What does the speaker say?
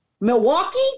milwaukee